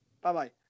Bye-bye